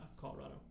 Colorado